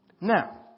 Now